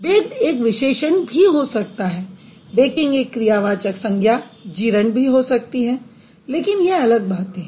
BAKED एक विशेषण भी हो सकता है BAKING एक क्रियावाचक संज्ञा भी हो सकती है लेकिन ये अलग बातें हैं